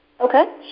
Okay